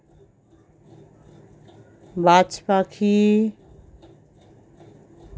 বাজ পাখি